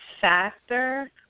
factor